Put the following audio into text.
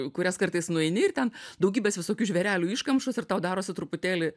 į kurias kartais nueini ir ten daugybės visokių žvėrelių iškamšos ir tau darosi truputėlį